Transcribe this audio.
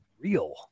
real